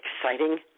exciting